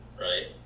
right